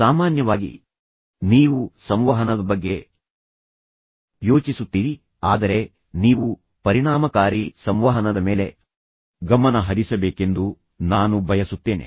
ಸಾಮಾನ್ಯವಾಗಿ ನೀವು ಸಂವಹನದ ಬಗ್ಗೆ ಯೋಚಿಸುತ್ತೀರಿ ಆದರೆ ನೀವು ಪರಿಣಾಮಕಾರಿ ಸಂವಹನದ ಮೇಲೆ ಗಮನ ಹರಿಸಬೇಕೆಂದು ನಾನು ಬಯಸುತ್ತೇನೆ